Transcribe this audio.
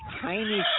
tiny